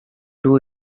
two